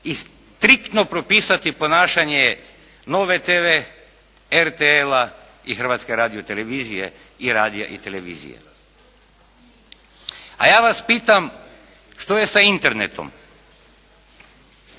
i striktno propisati ponašanje Nove TV, RTL-a i Hrvatske radio-televizije, i radija i televizije. A ja vas pitam šta je sa internetom?